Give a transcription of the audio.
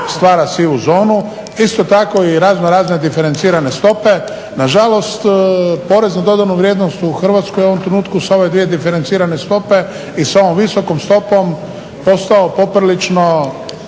stvara sivu zonu. Isto tako i razno razne diferencirane stope nažalost porez na dodanu vrijednost u Hrvatskoj u ovom trenutku sa ove dvije diferencirane stope i sa ovom visokom stopom postao poprilično